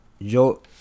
Yo